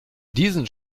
diesen